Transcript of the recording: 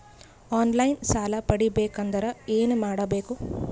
On line ಸಾಲ ಪಡಿಬೇಕಂದರ ಏನಮಾಡಬೇಕು?